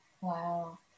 Wow